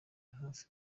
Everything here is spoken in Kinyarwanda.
hafi